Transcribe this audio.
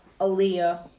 Aaliyah